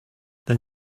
then